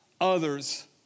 others